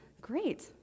Great